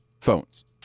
phones